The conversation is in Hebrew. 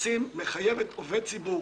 התייחסתי לזה קודם,